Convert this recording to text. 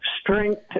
strength